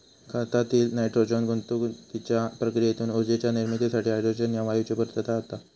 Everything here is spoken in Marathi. खतातील नायट्रोजन गुंतागुंतीच्या प्रक्रियेतून ऊर्जेच्या निर्मितीसाठी हायड्रोजन ह्या वायूची पूर्तता होता